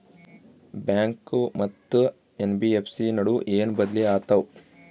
Bank ಮತ್ತ NBFC ನಡುವ ಏನ ಬದಲಿ ಆತವ?